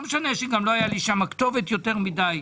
לא משנה שגם לא הייתה לי שם כתובת יותר מדי.